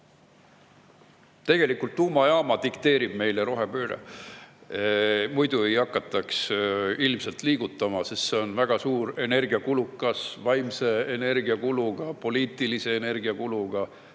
Tegelikult tuumajaama dikteerib meile rohepööre. Muidu ilmselt ei hakataks liigutama, sest see on väga suur, energiakulukas – vaimse energia kuluga, poliitilise energia kuluga